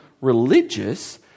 religious